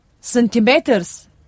centimeters